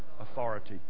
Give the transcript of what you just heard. authority